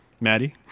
Maddie